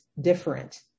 different